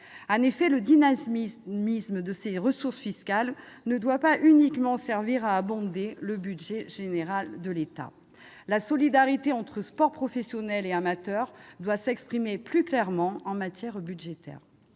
En effet, le dynamisme de ces ressources fiscales ne doit pas uniquement servir à abonder le budget général de l'État. La solidarité entre sport professionnel et sport amateur doit s'exprimer plus clairement en matière budgétaire.